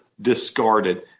discarded